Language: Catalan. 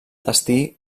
destí